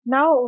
Now